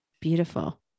Beautiful